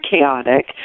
chaotic